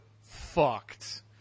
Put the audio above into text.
fucked